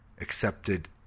accepted